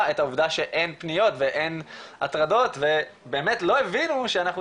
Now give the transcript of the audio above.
את העובדה שאין פניות ואין הטרדות ובאמת לא הבינו שאנחנו